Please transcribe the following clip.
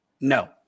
no